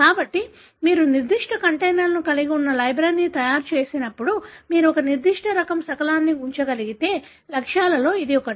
కాబట్టి మీరు నిర్దిష్ట కంటైనర్లను కలిగి ఉన్న లైబ్రరీని తయారు చేసినప్పుడు మీరు ఒక నిర్దిష్ట రకం శకలాన్ని ఉంచగలిగే లక్ష్యాలలో ఇది ఒకటి